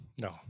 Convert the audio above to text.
No